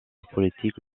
politique